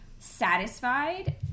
satisfied